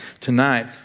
tonight